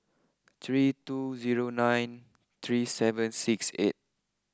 three two zero nine three seven six eight